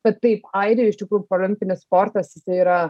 bet taip airijoj iš tikrųjų parolimpinis sportas jisai yra